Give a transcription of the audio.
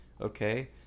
okay